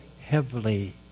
heavily